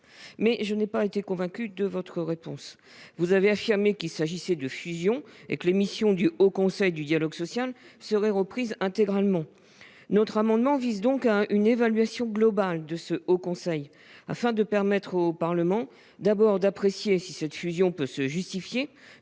mais je n'ai pas été convaincue par votre réponse. Vous avez affirmé qu'il s'agissait de fusion et que les missions du Haut Conseil du dialogue social seraient reprises intégralement. Notre amendement a donc pour objet une évaluation globale du Haut Conseil, afin de permettre au Parlement d'apprécier si cette fusion peut se justifier